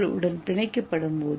ஏ வால் உடன் பிணைக்கப்படும்